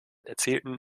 erzielten